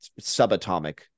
subatomic